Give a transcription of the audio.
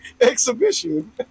exhibition